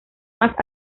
más